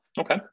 Okay